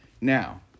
Now